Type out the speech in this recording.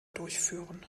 durchführen